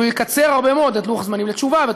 והוא יקצר הרבה מאוד את לוח-הזמנים לתשובה ואת